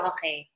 Okay